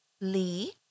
Lee